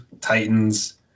Titans